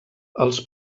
els